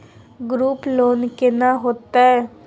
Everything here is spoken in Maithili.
ग्रुप लोन केना होतै?